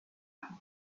backed